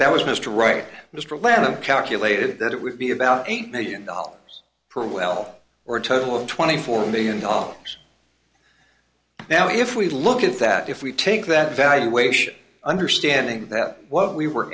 that was mr right mr lamb calculated that it would be about eight million dollars per well or a total of twenty four million dollars now if we look at that if we take that valuation understanding that what we were